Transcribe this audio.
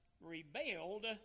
rebelled